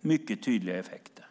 mycket tydliga effekter.